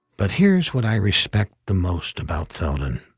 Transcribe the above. but here's what i respect the most about theldon.